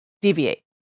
deviate